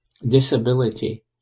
disability